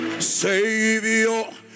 Savior